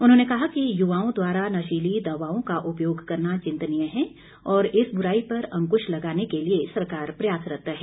उन्होंने कहा कि युवाओं द्वारा नशीली दवाओं का उपयोग करना चिंतनीय है और इस बुराई पर अंकुश लगाने के लिए सरकार प्रयासरत है